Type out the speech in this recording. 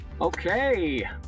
Okay